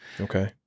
Okay